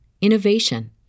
innovation